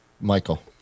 Michael